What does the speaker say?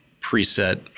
preset